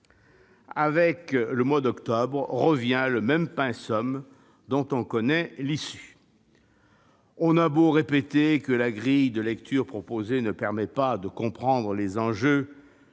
Avec le mois d'octobre revient le même pensum dont on connaît l'issue. On a beau répéter que la grille de lecture proposée ne permet pas de comprendre les enjeux,